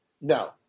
no